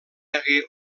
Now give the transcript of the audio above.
hagué